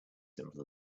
simple